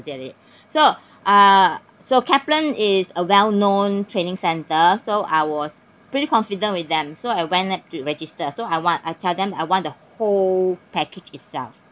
that it so uh so Kaplan is a well known training center so I was pretty confident with them so I went up to register so I want I tell them I want the whole package itself